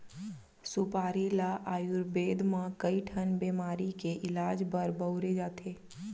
सुपारी ल आयुरबेद म कइ ठन बेमारी के इलाज बर बउरे जाथे